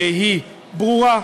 היא ברורה: